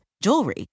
jewelry